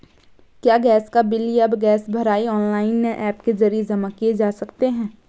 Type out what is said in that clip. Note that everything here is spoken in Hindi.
क्या गैस का बिल या गैस भराई ऑनलाइन या ऐप के जरिये जमा किये जा सकते हैं?